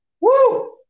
Woo